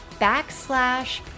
backslash